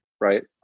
right